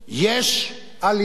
יש עלייה,